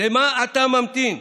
למה אתה ממתין?